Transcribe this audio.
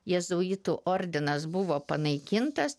jėzuitų ordinas buvo panaikintas